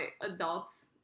adults